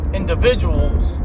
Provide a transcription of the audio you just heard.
individuals